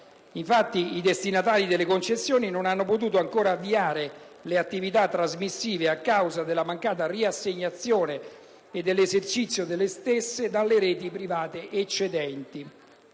Infatti, i destinatari delle concessioni non hanno potuto ancora avviare le attività trasmissive a causa della mancata riassegnazione e dell'esercizio delle stesse dalle reti private eccedenti.